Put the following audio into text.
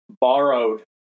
borrowed